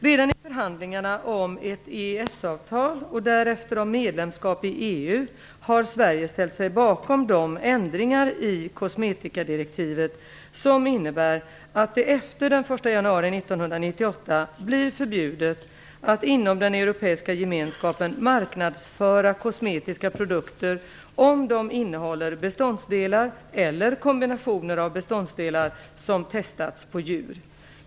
Redan i förhandlingarna om ett EES-avtal och därefter om medlemskap i EU har Sverige ställt sig bakom de ändringar i kosmetikadirektivet 1998 blir förbjudet att inom den europeiska gemenskapen marknadsföra kosmetiska produkter om de innehåller beståndsdelar eller kombinationer av beståndsdelar som testats på djur.